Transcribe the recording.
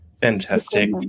Fantastic